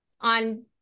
On